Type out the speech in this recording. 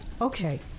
Okay